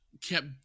Kept